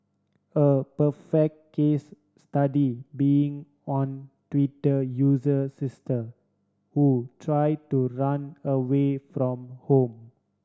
a perfect case study being one Twitter user sister who try to run away from home